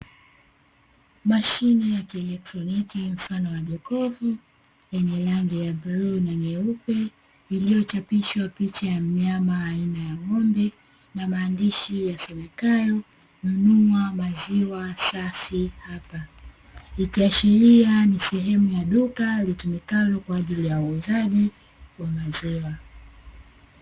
Mashine ya kielektroniki mfano wa jokofu, yenye rangi ya bluu na nyeupe, iliyochapishwa picha ya mnyama aina ya ng'ombe na maandishi yasomekayo "nunua maziwa safi hapa" ikiashiria ni sehemu ya duka litumikalo kwa ajili ya uuzaji wa maziwa.